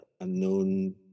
Unknown